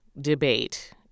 debate